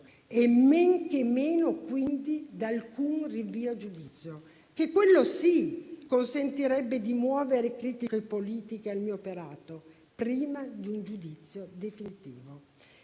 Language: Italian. e men che meno da alcun rinvio a giudizio, che - quello sì - consentirebbe di muovere critiche politiche al mio operato prima di un giudizio definitivo.